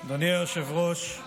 אדוני היושב-ראש,